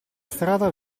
strada